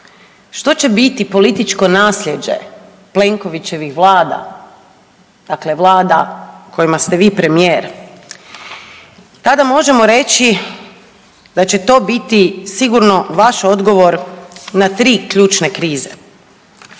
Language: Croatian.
što će biti političko naslijeđe Plenkovićevih Vlada, dakle Vlada kojima ste vi premijer tada možemo reći da će to biti sigurno vaš odgovor na tri ključne krize.